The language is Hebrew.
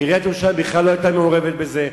עיריית ירושלים לא היתה מעורבת בזה בכלל.